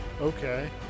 Okay